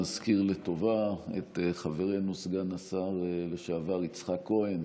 נזכיר לטובה את חברנו סגן השר לשעבר יצחק כהן,